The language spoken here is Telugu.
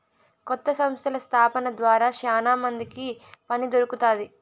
కొత్త సంస్థల స్థాపన ద్వారా శ్యానా మందికి పని దొరుకుతాది